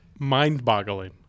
mind-boggling